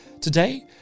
Today